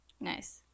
Nice